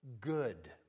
good